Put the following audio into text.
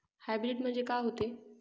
Hybrid म्हनजे का होते?